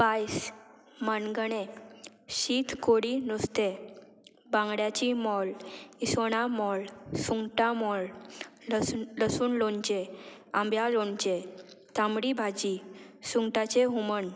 पायस माणगणे शीत कोडी नुस्तें बांगड्याची मोळ इसवणा मोळ सुंगटां मोळ लसूण लसूण लोणचें आंब्या लोणचें तांबडी भाजी सुंगटाचें हुमण